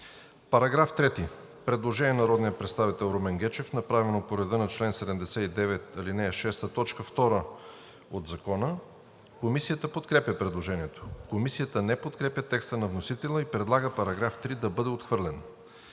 По § 3 има предложение на народния представител Румен Гечев, направено по реда на чл. 79, ал. 6, т. 2 от Закона. Комисията подкрепя предложението. Комисията не подкрепя текста на вносителя и предлага § 3 да бъде отхвърлен.